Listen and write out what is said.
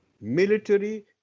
military